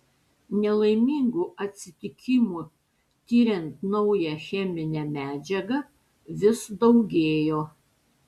nelaimingų atsitikimų tiriant naują cheminę medžiagą vis daugėjo